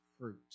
fruit